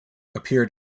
appeared